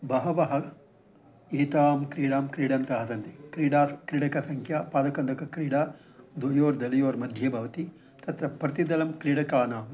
बहवः एतां क्रीडां क्रीडन्तः सन्ति क्रीडा क्रीडकसंख्या पादकन्दुक क्रीडा द्वयोर्दलयोर्मध्ये भवति तत्र प्रतिदलं क्रीडकानां